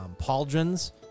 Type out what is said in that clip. pauldrons